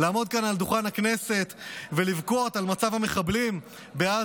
לעמוד כאן על דוכן הכנסת ולבכות על מצב המחבלים בעזה,